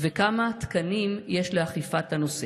2. כמה תקנים יש לאכיפת הנושא?